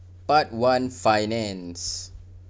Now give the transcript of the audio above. part one finance